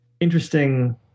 interesting